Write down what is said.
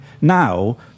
Now